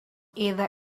either